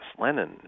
Lenin